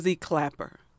clapper